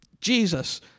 Jesus